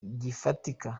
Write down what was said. gifatika